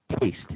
taste